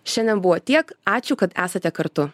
šiandien buvo tiek ačiū kad esate kartu